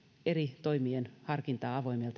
eri toimien harkintaa avoimelta ja